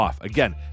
Again